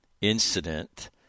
incident